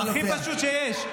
הכי פשוט שיש.